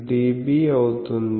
26dB అవుతుంది